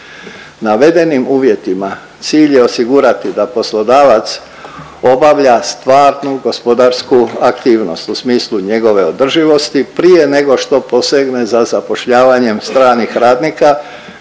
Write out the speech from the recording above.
Navedenim uvjetima cilj je osigurati da poslodavac obavlja stvarnu gospodarsku aktivnost u smislu njegove održivosti prije nego što posegne za zapošljavanjem stranih radnika,